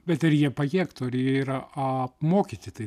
bet ar jie pajėgtų ar jie yra apmokyti tai